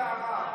לחזור,